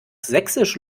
sächsisch